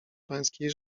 pańskiej